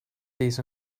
these